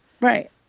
Right